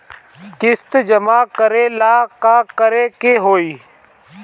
किस्त जमा करे ला का करे के होई?